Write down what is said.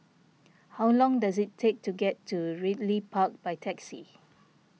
how long does it take to get to Ridley Park by taxi